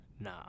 Nah